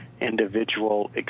individual